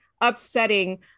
upsetting